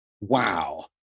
Wow